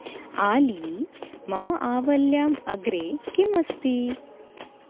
आली मम आवल्याम् अग्रे किम् अस्ति